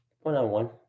one-on-one